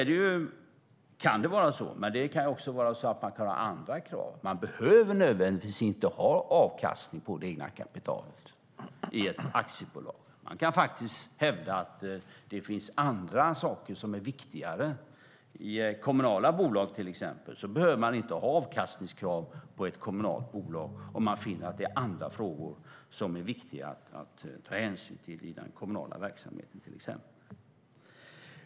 Det kan vara så, men man kan också ha andra krav. Man behöver nödvändigtvis inte ha avkastning på det egna kapitalet i ett aktiebolag, utan man kan faktiskt hävda att det finns andra saker som är viktigare. I kommunala bolag till exempel behöver man inte ha avkastningskrav om man finner att det finns andra frågor som är viktiga att ta hänsyn till i den kommunala verksamheten.